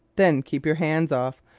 then keep your hands off.